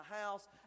house